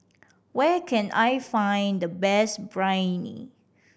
where can I find the best Biryani